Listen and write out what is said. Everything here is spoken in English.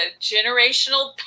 generational